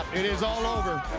it is all over.